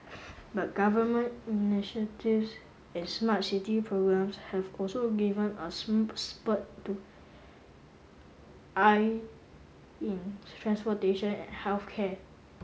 but government initiatives and smart city programs have also given a spurt to I in transportation and health care